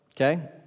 okay